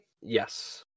Yes